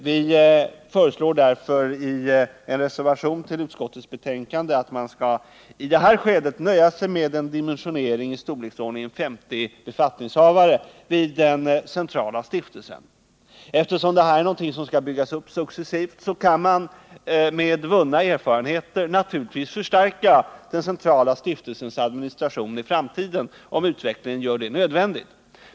Vi föreslår därför i en reservation till utskottets betänkande att man i detta skede skall nöja sig med en dimensionering i storleksordningen 50 befattningshavare vid den centrala stiftelsen. Eftersom detta är någonting som skall byggas upp successivt, kan man med vunna erfarenheter naturligtvis förstärka den centrala stiftelsens administration i framtiden, om utvecklingen gör det nödvändigt.